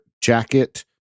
jacket